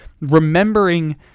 remembering